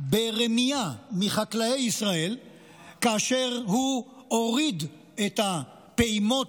ברמייה מחקלאי ישראל כאשר הוא הוריד את הפעימות,